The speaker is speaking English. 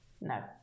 no